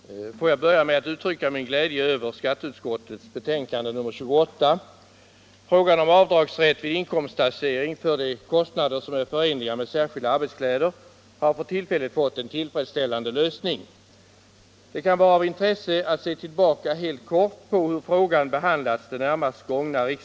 Fru talman! Får jag börja med att uttrycka min glädje över skatteutskottets betänkande nr 28. Frågan om avdragsrätt vid inkomsttaxering för de kostnader som är förenade med särskilda arbetskläder har för tillfället fått en tillfredsställande lösning. Det kan vara av intresse att helt kort se tillbaka på hur frågan har behandlats i riksdagen under de närmast gångna åren.